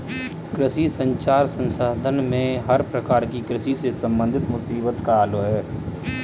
कृषि संचार संस्थान में हर प्रकार की कृषि से संबंधित मुसीबत का हल है